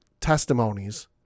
testimonies